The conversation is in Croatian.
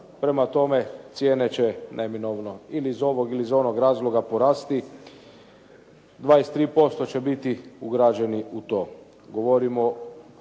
Prema tome, cijene će neminovno ili iz ovog ili iz onog razloga porasti, 23% će biti ugrađeni u to.